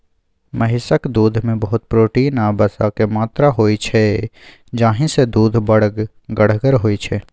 महिषक दुधमे बहुत प्रोटीन आ बसाक मात्रा होइ छै जाहिसँ दुध बड़ गढ़गर होइ छै